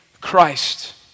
Christ